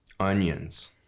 onions